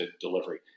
delivery